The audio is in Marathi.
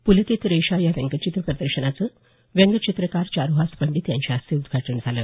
पुलकित रेषा या व्यंगचित्र प्रदर्शनाचं व्यंगचित्रकार चारुहास पंडित यांच्या हस्ते उद्घाटन झालं